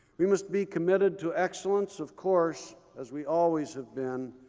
we must be committed to excellence, of course, as we always have been.